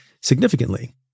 significantly